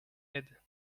aide